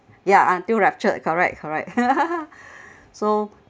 ya until ruptured correct correct so